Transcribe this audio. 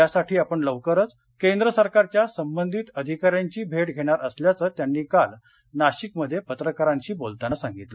यासाठी आपण लवकरच केंद्र सरकारच्या संबंधीत अधिकाऱ्यांची भेट घेणार असल्याचं त्यांनी काल नाशिकमध्ये पत्रकारांशी बोलताना सांगितलं